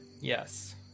Yes